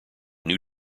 new